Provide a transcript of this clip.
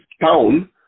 town